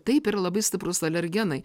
taip yra labai stiprūs alergenai